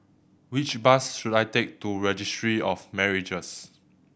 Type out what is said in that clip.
which bus should I take to Registry of Marriages